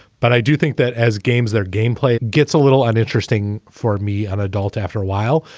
but i do think that as games, their gameplay gets a little uninteresting for me, an adult after a while.